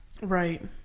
Right